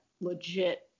legit